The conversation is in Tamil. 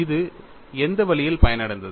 இது எந்த வழியில் பயனடைந்தது